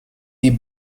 die